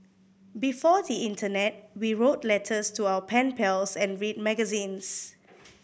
before the internet we wrote letters to our pen pals and read magazines